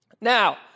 Now